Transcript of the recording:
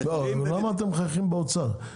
למה אתם מחייכים באוצר?